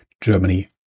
Germany